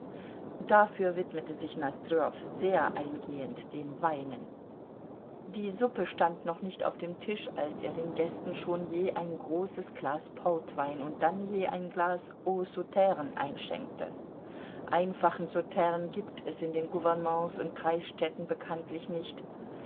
dafür widmete sich nosdrjow sehr eingehend den weinen die suppe stand noch nicht auf dem tisch als er den gästen schon je ein großes glas portwein und dann je ein glas haut sauternes einschenkte einfachen sauternes gibt es in den gouvernements und kreisstädten bekanntlich nicht